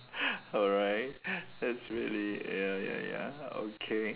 alright that's really ya ya ya okay